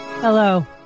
Hello